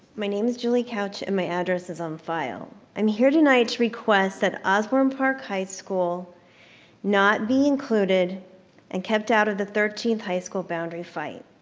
my name is julie couch and my address is on file. i'm here tonight to requests that osbourn park high school not being included and kept out of the thirteenth high school boundary fight.